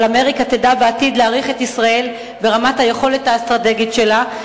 אבל אמריקה תדע בעתיד להעריך את ישראל ברמת היכולת האסטרטגית שלה,